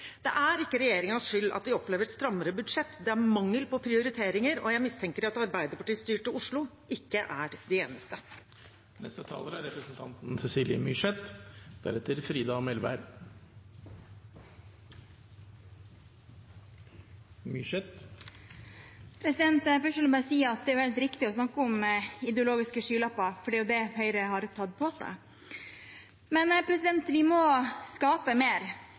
Det er ikke regjeringens skyld at de opplever strammere budsjetter, det er mangel på prioriteringer, og jeg mistenker at arbeiderpartistyrte Oslo ikke er de eneste. Først vil jeg bare si at det er helt riktig å snakke om ideologiske skylapper, for det er jo det Høyre har tatt på seg. Vi må skape mer.